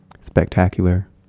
Spectacular